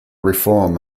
reform